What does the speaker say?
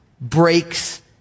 breaks